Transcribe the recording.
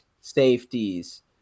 safeties